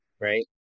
right